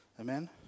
Amen